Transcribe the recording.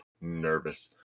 nervous